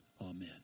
Amen